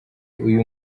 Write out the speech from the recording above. uyu